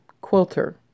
quilter